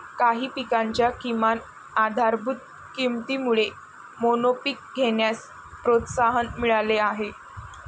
काही पिकांच्या किमान आधारभूत किमतीमुळे मोनोपीक घेण्यास प्रोत्साहन मिळाले आहे